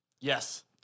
Yes